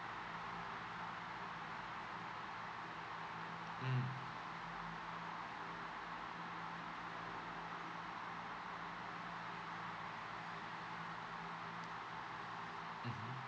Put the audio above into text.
mm mm